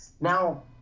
now